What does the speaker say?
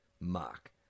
Mark